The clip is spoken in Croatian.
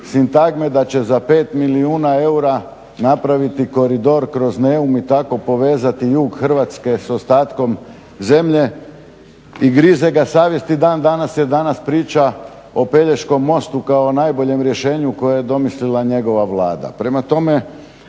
sintagme da će za 5 milijuna eura napraviti koridor kroz Neum i tako povezati jug Hrvatske s ostatkom zemlje. I grize ga savjest i dan danas jer danas priča o Pelješkom mostu kao o najboljem rješenju koje je domislila njegova Vlada.